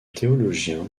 théologien